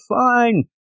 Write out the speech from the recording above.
fine